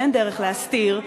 ואין דרך להסתיר,